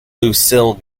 lucille